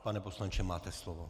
Pane poslanče, máte slovo.